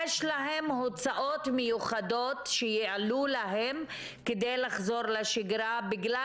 יש להם הוצאות מיוחדות שהעלו להם כדי לחזור לשגרה בגלל